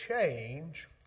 change